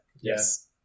Yes